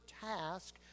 task